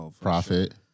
profit